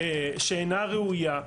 שאינה ראויה,